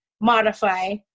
modify